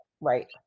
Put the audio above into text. right